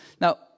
Now